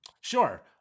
Sure